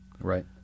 Right